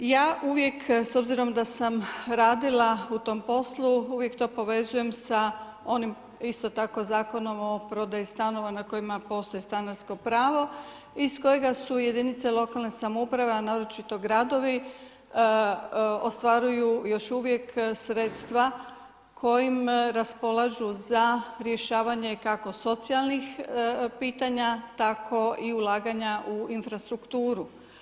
Ja uvijek s obzirom da sam radila u tom poslu uvijek to povezujem sa onim isto tako Zakonom o prodaji stanova na kojima postoji stanarsko pravo iz kojega su jedinice lokalne samouprave, a naročito gradovi ostvaruju još uvijek sredstva kojim raspolažu za rješavanje kako socijalnih pitanja, tako i ulaganja u infrastrukturu.